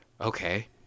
okay